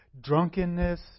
drunkenness